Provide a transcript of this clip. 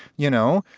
you know,